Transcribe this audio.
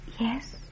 Yes